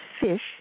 fish